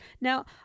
Now